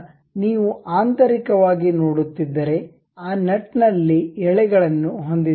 ಆದ್ದರಿಂದ ನೀವು ಆಂತರಿಕವಾಗಿ ನೋಡುತ್ತಿದ್ದರೆ ಆ ನಟ್ನಲ್ಲಿ ಎಳೆಗಳನ್ನು ಹೊಂದಿದ್ದೇವೆ